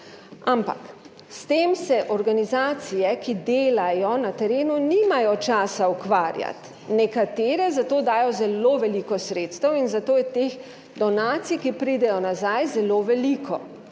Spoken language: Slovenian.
ampak s tem se organizacije, ki delajo na terenu nimajo časa ukvarjati, nekatere za to dajo zelo veliko sredstev in zato je teh donacij, ki pridejo nazaj, zelo veliko,